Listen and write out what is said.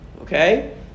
Okay